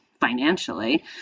financially